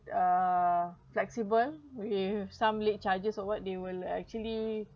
err flexible with some late charges or what they will actually